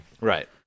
Right